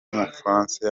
w’umufaransa